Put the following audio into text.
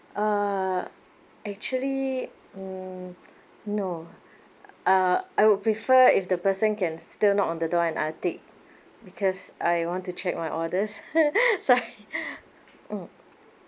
uh actually mm no uh I would prefer if the person can still knock on the door and I'll take because I want to check my orders sorry